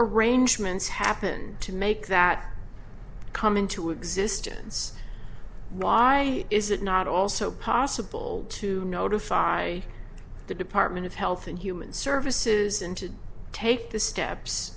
arrangements happened to make that come into existence why is it not also possible to notify the department of health and human services and to take the steps